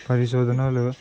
పరిశోధనలు